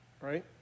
right